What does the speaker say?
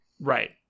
right